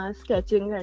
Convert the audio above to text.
sketching